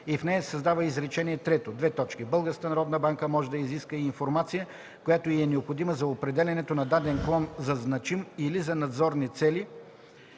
и в нея се създава изречение трето: „Българската народна банка може да изисква и информация, която й е необходима за определянето на даден клон за значим или за надзорни цели